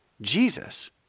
Jesus